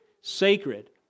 sacred